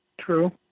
true